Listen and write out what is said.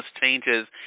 changes